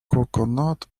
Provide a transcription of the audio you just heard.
coconut